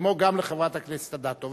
כמו גם לחברת הכנסת אדטו.